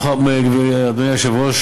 אדוני היושב-ראש,